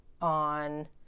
on